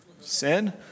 sin